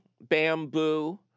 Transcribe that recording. bamboo